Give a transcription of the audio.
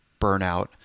burnout